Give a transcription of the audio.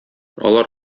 алар